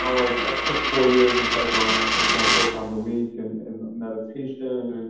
um like i spent four years in psychoanalysis, going four times a week and in meditation.